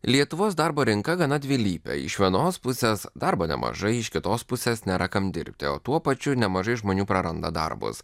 lietuvos darbo rinka gana dvilypė iš vienos pusės darbo nemažai iš kitos pusės nėra kam dirbti o tuo pačiu nemažai žmonių praranda darbus